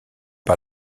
par